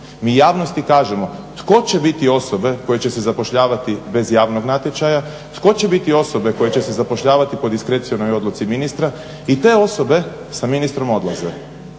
mi javnosti kažemo tko će biti osobe koje će se zapošljavati bez javnog natječaja, tko će biti osobe koje će se zapošljavati po diskrecionoj odluci ministra i te osobe sa ministrom odlaze.